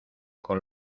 con